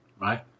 right